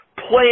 plan